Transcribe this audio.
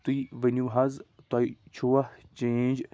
تُہۍ ؤنِو حظ تۄہہِ چھُوا چینٛج